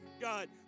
God